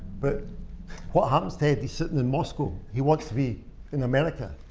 but what happens to ed? he's sitting in moscow. he wants to be in america.